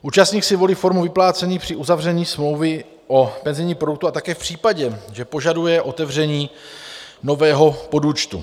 Účastník si volí formu vyplácení při uzavření smlouvy o penzijním produktu a také v případě, že požaduje otevření nového podúčtu.